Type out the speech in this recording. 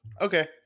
Okay